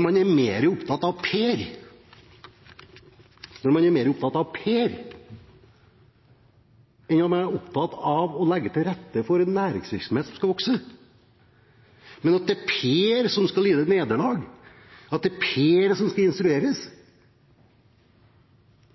man er mer opptatt av Per enn man er opptatt av å legge til rette for en næringsvirksomhet som skal vokse. Når det er Per som skal lide et nederlag, og det er Per som skal instrueres,